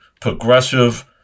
progressive